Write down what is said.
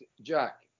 Jack